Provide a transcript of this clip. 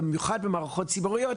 במיוחד במערכות ציבוריות,